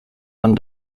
man